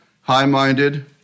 high-minded